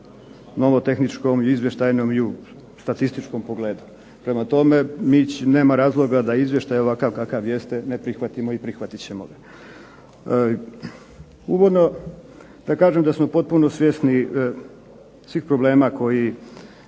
nomotehničkom, izvještajnom i u statističkom pogledu. Prema tome nema razloga da izvještaj ovakav kakav jeste ne prihvatimo i prihvatit ćemo ga. Uvodno da kažem da smo potpuno svjesni svih problema s kojim